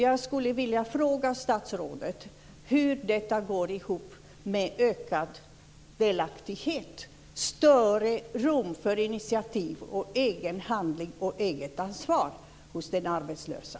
Jag skulle vilja fråga statsrådet hur det går ihop med ökad delaktighet, större rum för initiativ, egen handling och eget ansvar hos den arbetslöse.